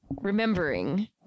remembering